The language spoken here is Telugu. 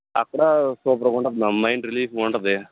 అక్కడ సూపర్గుంటది మ్యామ్ మైండ్ రిలీఫ్గుంటుంది